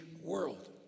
world